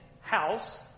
house